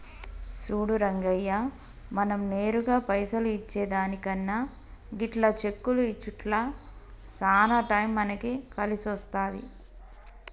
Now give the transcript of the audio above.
సూడు రంగయ్య మనం నేరుగా పైసలు ఇచ్చే దానికన్నా గిట్ల చెక్కులు ఇచ్చుట్ల సాన టైం మనకి కలిసొస్తాది